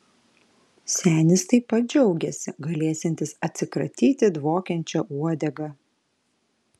senis taip pat džiaugėsi galėsiantis atsikratyti dvokiančia uodega